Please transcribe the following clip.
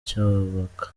cyubaka